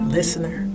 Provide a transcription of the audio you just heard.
Listener